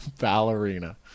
ballerina